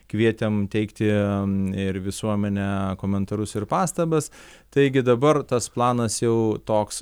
kvietėm teikti ir visuomenę komentarus ir pastabas taigi dabar tas planas jau toks